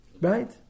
Right